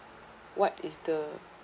what is the